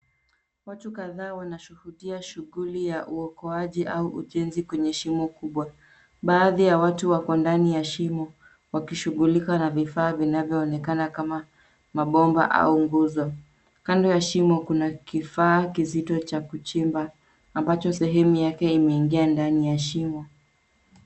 Watu kadhaa wanashuhudia shughuli ya uokoaji au ujenzi kwenye shimo kubwa. Baadhi ya watu wako ndani ya shimo, wakishughulika na vifaa vinavyoonekana kama mabomba au nguzo. Kando ya shimo kuna kifaa kizito cha kuchimba, ambacho sehemu yake imeingia ndani ya shimo.